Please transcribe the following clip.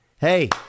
hey